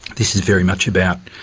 this is very much about,